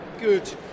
good